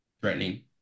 threatening